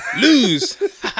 Lose